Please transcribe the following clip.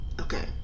Okay